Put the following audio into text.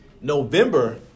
November